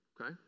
okay